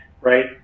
right